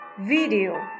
Video